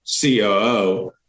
COO